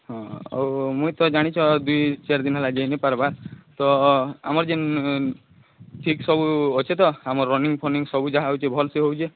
ହଁ ଆଉ ମୁଇଁ ତ ଜାଣିଚ ଆଉ ଦୁଇ ଚାର୍ ଦିନ ହେଲା ଯେଇନେଇ ପର୍ବା ତ ଆମର୍ ଯେନ୍ ଠିକ୍ ସବୁ ଅଛେ ତ ଆମର୍ ରନିଙ୍ଗ୍ ଫନିଙ୍ଗ୍ ସବୁ ଯାହା ହୋଉଛି ଭଲ୍ସେ ହୋଉଛେ